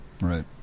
Right